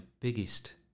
biggest